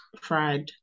fried